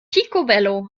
picobello